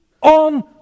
on